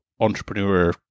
entrepreneur